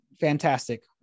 fantastic